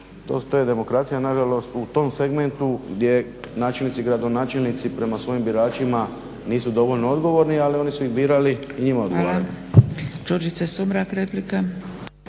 To je demokracija nažalost u tom segmentu gdje načelnici i gradonačelnici prema svojim biračima nisu dovoljno odgovorni, ali oni su ih birali i njima odgovaraju.